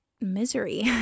misery